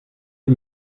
que